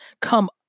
come